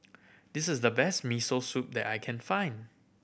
this is the best Miso Soup that I can find